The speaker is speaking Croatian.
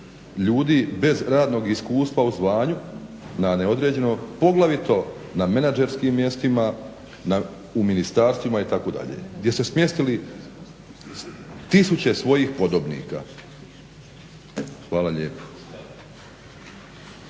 ljudi bez radnog iskustva u zvanju na neodređeno poglavito na menadžerskim mjestima, u ministarstvima itd. gdje ste smjestili tisuće svojih podobnika? Hvala lijepa.